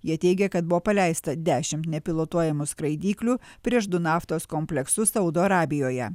jie teigia kad buvo paleista dešimt nepilotuojamų skraidyklių prieš du naftos kompleksus saudo arabijoje